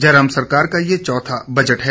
जयराम सरकार का ये चौथा बजट है